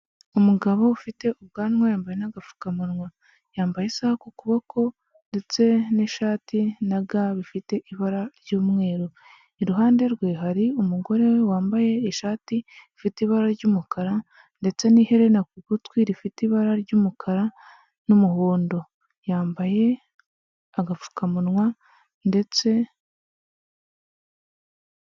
Umugabo ufite ubwanwa yambaye n'agafukamunwa, yambaye isaha ku kuboko ndetse n'ishati na ga bifite ibara ry'umweru, iruhande rwe hari umugore we wambaye ishati ifite ibara ry'umukara ndetse n'iherena ku gutwi rifite ibara ry'umukara n'umuhondo, yambaye agapfukamunwa ndetse....